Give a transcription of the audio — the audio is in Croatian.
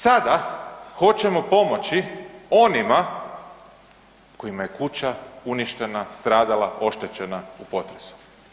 Sada hoćemo pomoći onima kojima je kuća uništena, stradala, oštećena u potresu.